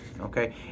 Okay